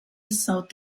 south